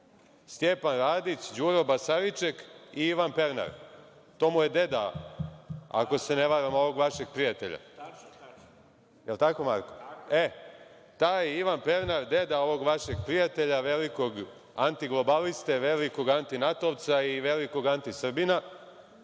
Stjepan Radić, Đuro Basariček i Ivan Pernar? To mu je deda, ako se ne varam, ovog vašeg prijatelja. Je li tako Marko?(Marko Atlagić, s mesta: Tačno.)Taj Ivan Pernar, deda ovog vašeg prijatelja, velikog antiglobaliste, velikog antinatovca i velikog antisrbina